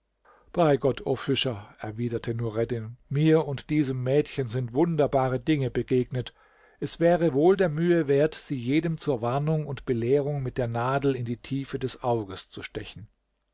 bei gott o fischer erwiderte nureddin mir und diesem mädchen sind wunderbare dinge begegnet es wäre wohl der mühe wert sie jedem zur warnung und belehrung mit der nadel in die tiefe des auges zu stechen